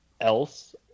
else